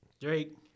Drake